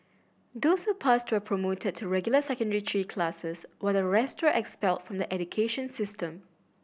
those who passed were promoted to regular Secondary Three classes while the rest expelled from the education system